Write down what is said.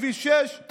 לכביש 6,